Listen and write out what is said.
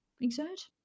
exert